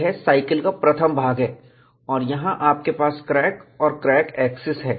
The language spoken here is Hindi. यह साईकल का प्रथम भाग है और यहां आपके पास क्रैक और क्रैक एक्सिस है